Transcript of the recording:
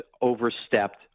overstepped